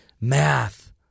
math